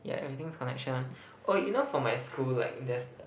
yeah everything's connection ah oh you know for my school like there's